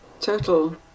Total